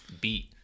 beat